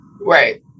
right